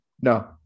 No